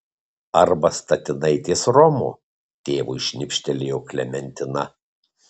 arba statinaitės romo tėvui šnipštelėjo klementina